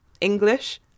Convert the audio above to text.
English